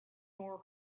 nor